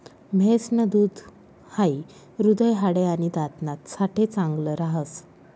म्हैस न दूध हाई हृदय, हाडे, आणि दात ना साठे चांगल राहस